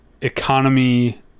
economy